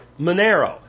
Monero